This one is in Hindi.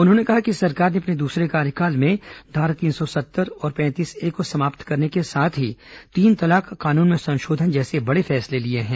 उन्होंने कहा कि सरकार ने अपने दूसरे कार्यकाल में धारा तीन सौ सत्तर और पैंतीस ए को समाप्त करने के साथ ही और तीन तलाक कानून में संशोधन जैसे बड़े फैसले लिए हैं